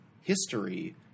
history